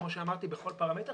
כמו שאמרתי בכל פרמטר,